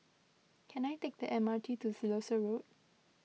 can I take the M R T to Siloso Road